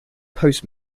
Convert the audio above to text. post